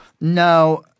No